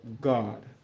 God